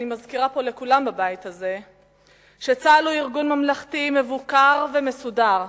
אני מזכירה פה לכולם בבית הזה שצה"ל הוא ארגון ממלכתי מבוקר ומסודר,